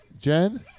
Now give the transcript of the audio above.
Jen